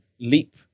leap